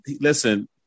listen